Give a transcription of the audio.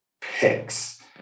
picks